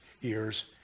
years